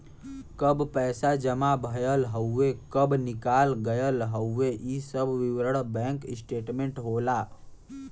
कब पैसा जमा भयल हउवे कब निकाल गयल हउवे इ सब विवरण बैंक स्टेटमेंट होला